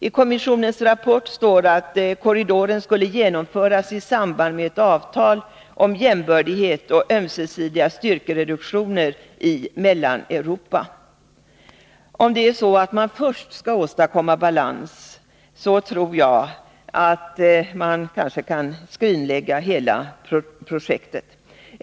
I kommissionens rapport står att korridoren skulle genomföras i samband med ett avtal om jämbördighet och ömsesidiga styrkereduktioner i Mellaneuropa. Om det är så att man först skall åstadkomma balans, tror jag att man kan skrinlägga hela projektet.